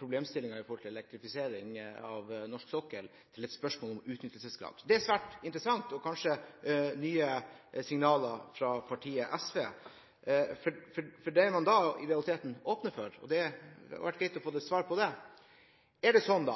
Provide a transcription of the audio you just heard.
problemstillingen om elektrifisering av norsk sokkel til et spørsmål om utnyttelsesgrad. Det er svært interessant, og kanskje nye signaler fra partiet SV, for det man da i realiteten åpner for, hadde det vært greit å få svar på: Er det sånn